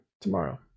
tomorrow